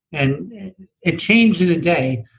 and it changed in a day,